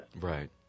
Right